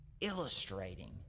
illustrating